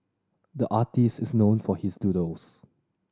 the artist is known for his doodles